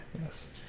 Yes